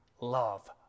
love